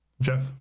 Jeff